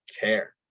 care